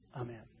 Amen